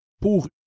pour